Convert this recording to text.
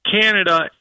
Canada